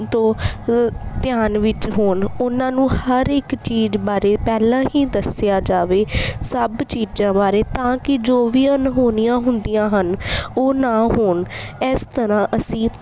ਤੋਂ ਅ ਧਿਆਨ ਵਿੱਚ ਹੋਣ ਉਹਨਾਂ ਨੂੰ ਹਰ ਇੱਕ ਚੀਜ਼ ਬਾਰੇ ਪਹਿਲਾਂ ਹੀ ਦੱਸਿਆ ਜਾਵੇ ਸਭ ਚੀਜ਼ਾਂ ਬਾਰੇ ਤਾਂ ਕਿ ਜੋ ਵੀ ਅਣਹੋਣੀਆਂ ਹੁੰਦੀਆਂ ਹਨ ਉਹ ਨਾ ਹੋਣ ਇਸ ਤਰ੍ਹਾਂ ਅਸੀਂ